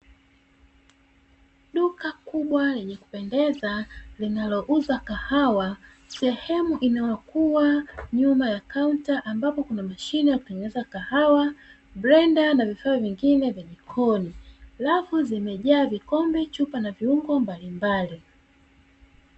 Duka kubwa lenye kupendeeza linalouza kahawa sehemu inayokua nyuma ya kaunta, ambapo kuna mashine ya kutengeneza kahawa, brenda na vifaa vingine vya jikoni, rafu zimejaa vikombe, chupa na viungo mbalimbali.